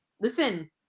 listen –